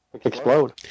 explode